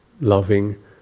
loving